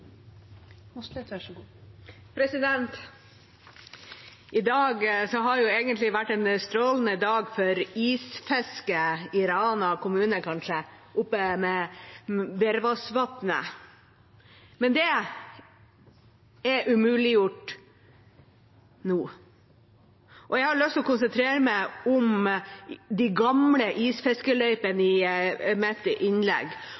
I dag har egentlig vært en strålende dag for isfiske i Rana kommune, kanskje oppe med Virvassdammen, men det er umuliggjort nå. Jeg har lyst til å konsentrere meg om de gamle isfiskeløypene i mitt innlegg